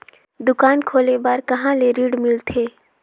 दुकान खोले बार कहा ले ऋण मिलथे?